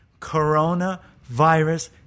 Coronavirus